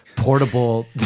Portable